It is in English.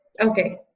Okay